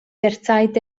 derzeit